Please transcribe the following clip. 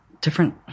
different